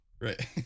Right